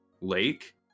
lake